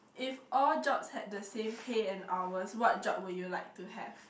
if all jobs had the same pay and hours what job would you like to have